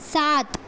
सात